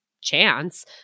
chance